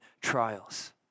trials